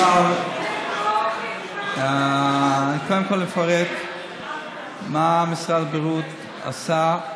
קודם כול, אפרט מה משרד הבריאות עשה,